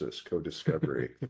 co-discovery